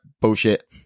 bullshit